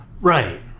Right